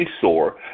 sore